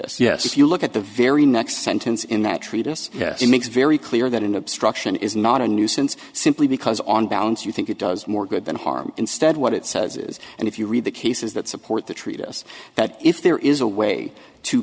us yes if you look at the very next sentence in that treatise it makes very clear that an obstruction is not a nuisance simply because on balance you think it does more good than harm instead what it says is and if you read the cases that support the treatise that if there is a way to